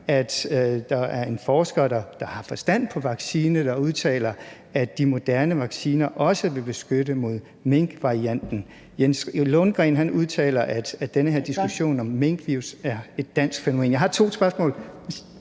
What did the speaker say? udtaler en forsker, som har forstand på vaccine, at de moderne vacciner også vil beskytte mod covid-19-varianten fra mink. Jens Lundgren udtaler, at den her diskussion om minkvirus er et dansk fænomen. Jeg har to spørgsmål.